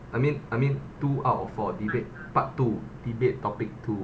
I mean I mean two out of four debate part two debate topic two